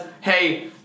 Hey